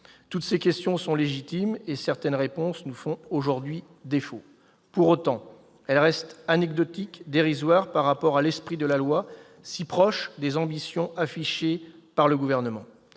Toutes ces questions sont légitimes et certaines réponses nous font aujourd'hui défaut. Pour autant, elles restent anecdotiques, dérisoires, par rapport à l'esprit de la loi, si proche des ambitions affichées par le Gouvernement.